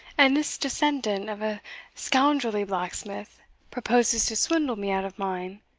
and this descendant of a scoundrelly blacksmith proposes to swindle me out of mine!